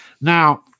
Now